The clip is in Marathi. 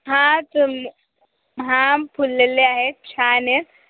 हा तर हा फुललेले आहेत छान आहेत